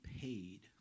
paid